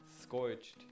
Scorched